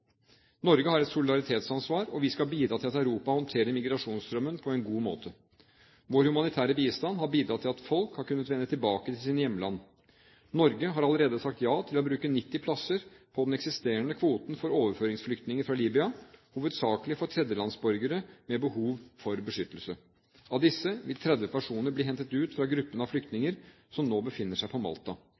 Norge har et solidaritetsansvar, og vi skal bidra til at Europa håndterer migrasjonsstrømmen på en god måte. Vår humanitære bistand har bidratt til at folk har kunnet vende tilbake til sine hjemland. Norge har allerede sagt ja til å bruke 90 plasser på den eksisterende kvoten for overføringsflytninger fra Libya, hovedsakelig for tredjelandsborgere med behov for beskyttelse. Av disse vil 30 personer bli hentet ut fra gruppen av flyktninger som nå befinner seg på Malta.